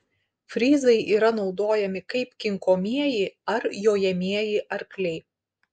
fryzai yra naudojami kaip kinkomieji ar jojamieji arkliai